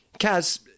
Kaz